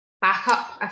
backup